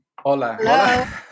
Hola